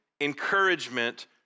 encouragement